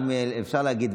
אם אפשר להגיד,